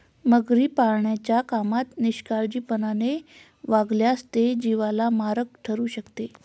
मगरी पाळण्याच्या कामात निष्काळजीपणाने वागल्यास ते जीवाला मारक ठरू शकते